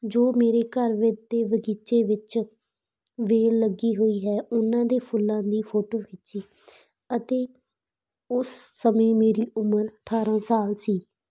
ਜੋ ਮੇਰੇ ਘਰ ਵਿੱਚ ਦੇ ਬਗੀਚੇ ਵਿੱਚ ਵੇਲ ਲੱਗੀ ਹੋਈ ਹੈ ਉਹਨਾਂ ਦੇ ਫੁੱਲਾਂ ਦੀ ਫੋਟੋ ਖਿੱਚੀ ਅਤੇ ਉਸ ਸਮੇਂ ਮੇਰੀ ਉਮਰ ਅਠਾਰਾਂ ਸਾਲ ਸੀ